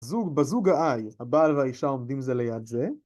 בזוג ה-I הבעל והאישה עומדים זה ליד זה.